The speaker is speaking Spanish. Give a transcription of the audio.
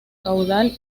caudal